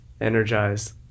energized